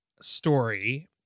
story